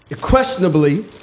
questionably